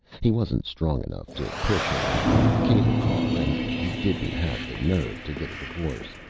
he wasn't strong enough to push her in front of a cable car, and he didn't have the nerve to get a divorce.